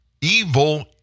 Evil